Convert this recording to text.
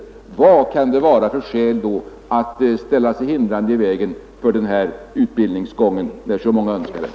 Vad kan det då vara för skäl att ställa sig hindrande i vägen för denna utbildningsgång när så många önskar den?